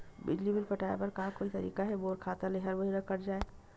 बिजली बिल पटाय बर का कोई तरीका हे मोर खाता ले हर महीना कट जाय?